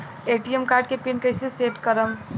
ATM card के pin कैसे set करम?